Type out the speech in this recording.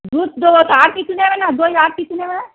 দুধ দেবো তো আর কিছু নেবে না দই আর কিছু নেবে না